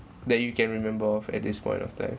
that you can remember of at this point of time